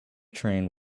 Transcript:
train